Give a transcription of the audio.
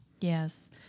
Yes